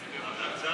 אדוני היושב-ראש.